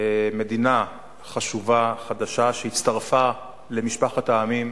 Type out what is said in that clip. מדינה חשובה חדשה שהצטרפה למשפחת העמים.